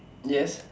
yes